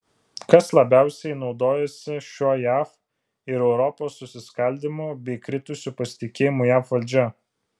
kas labiausiai naudojasi šiuo jav ir europos susiskaldymu bei kritusiu pasitikėjimu jav valdžia